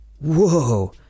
Whoa